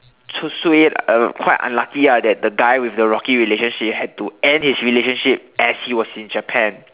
so suay uh quite unlucky ah that the guy with the rocky relationship had to end his relationship as he was in Japan